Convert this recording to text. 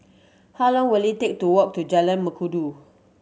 how long will it take to walk to Jalan Mengkudu